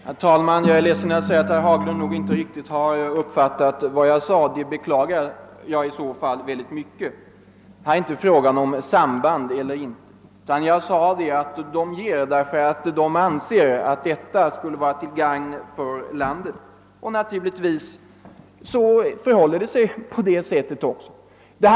Herr talman! Jag är ledsen att behöva säga att herr Haglund nog inte har uppfattat vad jag sade. Här är det inte fråga om något samband eller inte mellan näringslivet och vårt parti. Jag framhöll att företagen ger bidrag för att uppnå resultat som är till gagn för landet i dess helhet.